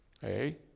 Hey